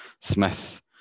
Smith